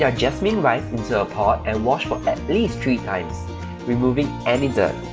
yeah jasmine rice into a pot and wash for at least three times removing any dirt